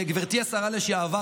גברתי השרה לשעבר,